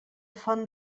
font